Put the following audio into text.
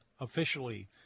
officially